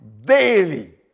daily